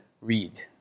read